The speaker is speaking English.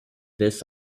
this